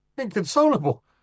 Inconsolable